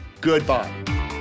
Goodbye